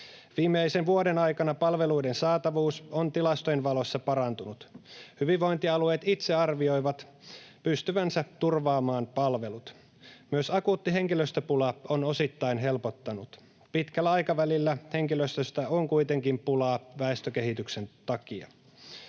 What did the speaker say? Viimeisen vuoden aikana palveluiden saatavuus on tilastojen valossa parantunut. Hyvinvointialueet itse arvioivat pystyvänsä turvaamaan palvelut. Myös akuutti henkilöstöpula on osittain helpottanut. Pitkällä aikavälillä henkilöstöstä on kuitenkin pulaa väestökehityksen takia.